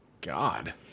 God